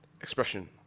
expression